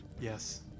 Yes